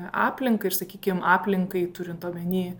aplinkai ir sakykim aplinkai turint omeny